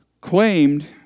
claimed